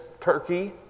Turkey